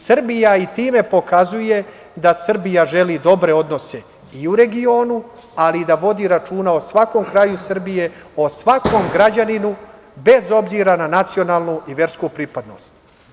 Srbija time pokazuje da Srbija želi dobre odnose i u regionu, ali da vodi računa o svakom kraju Srbije, o svakom građaninu, bez obzira na nacionalnu i versku pripadnost.